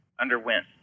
underwent